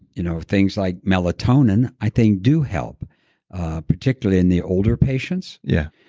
you know things like melatonin i think do help particularly in the older patients yeah.